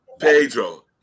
Pedro